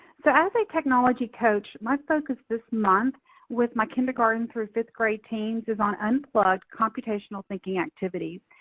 so as a technology coach, my focus this month with my kindergarten through fifth grade teams is on unplugged computational thinking activities.